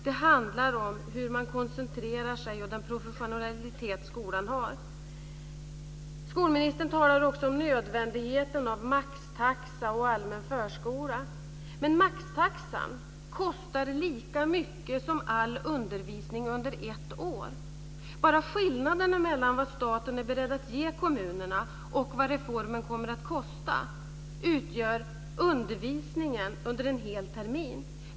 Det handlar om hur man koncentrerar sig och den professionalitet som skolan har. Skolministern talar också om nödvändigheten av maxtaxa och allmän förskola. Men maxtaxan kostar lika mycket som all undervisning under ett år. Bara skillnaden mellan vad staten är beredd att ge kommunerna och vad reformen kommer att kosta utgör kostnaden för undervisningen under en hel termin.